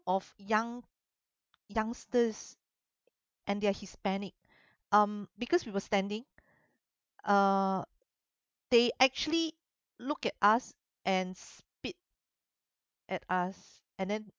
of young youngsters and they're hispanic um because we were standing uh they actually look at us and spit at us and then